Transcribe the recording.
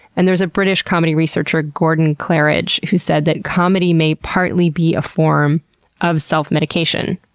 and there's a british comedy researcher, gordon claridge, who said that comedy may partly be a form of self-medication.